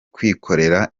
kwikorera